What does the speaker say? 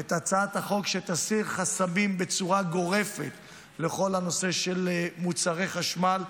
את הצעת החוק שתסיר חסמים בצורה גורפת לכל הנושא של מוצרי חשמל,